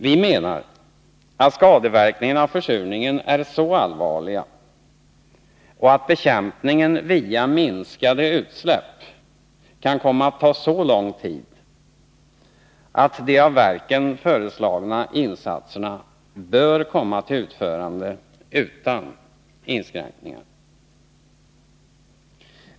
Vi menar att skadeverkningarna på grund av försurningen är så allvarliga och att bekämpning via minskade utsläpp kan komma att ta så lång tid att de av verken föreslagna insatserna bör komma till utförande utan inskränkningar.